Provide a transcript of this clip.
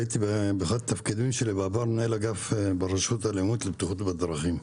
באחד התפקידים שלי בעבר הייתי מנהל אגף ברשות הלאומית לבטיחות בדרכים,